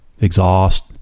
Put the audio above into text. exhaust